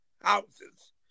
houses